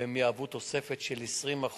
והם יהוו תוספת של 20%,